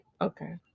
okay